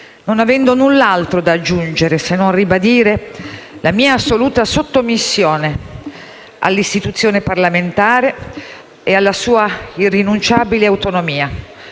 non avendo null'altro da aggiungere se non che ribadire la mia assoluta sottomissione all'istituzione parlamentare e alla sua irrinunciabile autonomia.